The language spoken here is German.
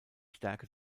stärke